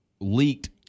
leaked